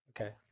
Okay